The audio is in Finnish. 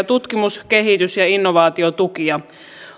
tutkimus kehitys ja innovaatiotukia